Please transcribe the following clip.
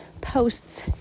posts